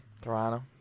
Toronto